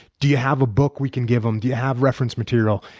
do you have a book we can give them? do you have reference material?